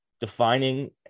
defining